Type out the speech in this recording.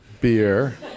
beer